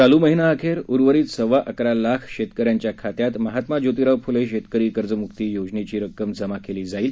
चालू महिना अखेर उर्वरित सव्वा अकरा लाख शेतकऱ्यांच्या खात्यात महात्मा ज्योतिराव फूले शेतकरी कर्जमुक्ती योजनेची रक्कम जमा केली जाईल